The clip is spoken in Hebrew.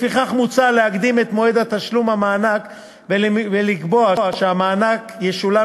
לפיכך מוצע להקדים את מועד תשלום המענק ולקבוע שהמענק ישולם